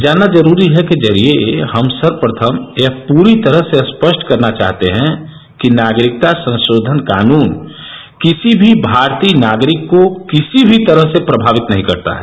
जानना जरूरी है के जरिये हम सर्वप्रथम यह पूरी तरह से स्प ट करना चाहते हैं कि नागरिकता संशोधन कानून किसी भी भारतीय नागरिक को किसी भी तरह से प्रभावित नहीं करता है